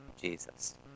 Jesus